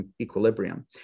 equilibrium